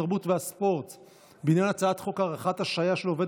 התרבות והספורט בעניין הצעת חוק הארכת השעיה של עובד